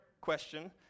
question